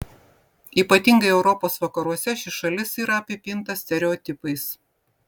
ypatingai europos vakaruose ši šalis yra apipinta stereotipais